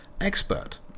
expert